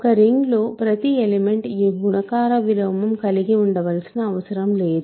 ఒక రింగ్ లో ప్రతి ఎలిమెంట్ గుణకార విలోమం కలిగి ఉండవలసిన అవసరం లేదు